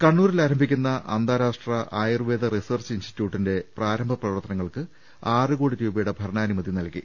കണ്ണൂരിൽ ആരംഭിക്കുന്ന അന്താരാഷ്ട്ര ആയുർവേദ റിസർച്ച് ഇൻസ്റ്റിറ്റ്യൂട്ടിന്റെ പ്രാരംഭ പ്രവർത്തനങ്ങൾക്ക് ആറ് കോടി രൂപയുടെ ഭരണാനുമതി നൽകി